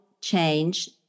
change